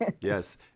Yes